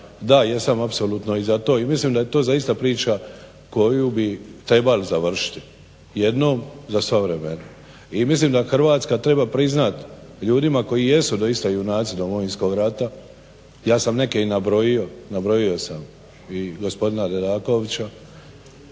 Da jesam apsolutno i za to i mislim da je to zaista priča koju bih trebali završiti jednom za sva vremena. I mislim da Hrvatska treba priznati ljudima koji jesu doista junaci Domovinskog rata ja sam neke i nabrojio, nabrojio sam i gospodina Dedakovića